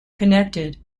connected